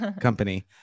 company